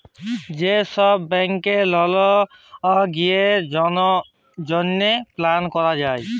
যে ছব ব্যাংকে লল গিলার জ্যনহে এপ্লায় ক্যরা যায়